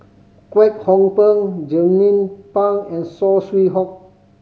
Kwek Hong Png Jernnine Pang and Saw Swee Hock